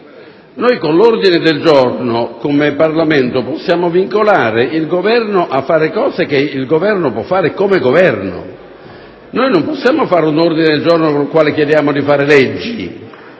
Noi con l'ordine del giorno, in quanto Parlamento, possiamo vincolare il Governo a fare cose che il Governo può fare in quanto Governo. Non possiamo scrivere un ordine del giorno con il quale chiediamo di fare leggi,